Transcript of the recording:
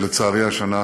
שלצערי השנה